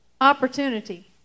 opportunity